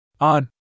on